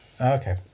Okay